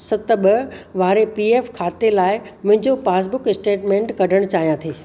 सत ॿ वारे पी एफ़ खाते लाइ मुंहिजो पासबुक स्टेटमेंट कढ़ण चाहियां थी